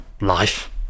life